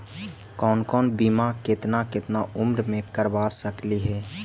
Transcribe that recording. कौन कौन बिमा केतना केतना उम्र मे करबा सकली हे?